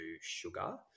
sugar